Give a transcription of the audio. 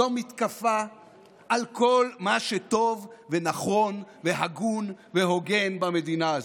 זו מתקפה על כל מה שטוב ונכון והגון והוגן במדינה הזו.